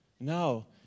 No